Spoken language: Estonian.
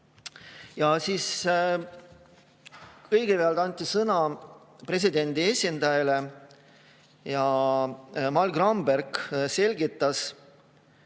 Gramberg. Kõigepealt anti sõna presidendi esindajale ja Mall Gramberg selgitas